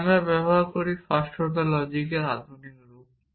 যা আমরা ব্যবহার করি ফার্স্ট অর্ডার লজিকের আধুনিক রূপ